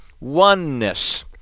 oneness